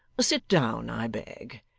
sit down, i beg.